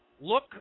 Look